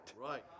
Right